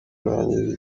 kurangiriza